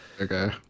Okay